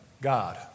God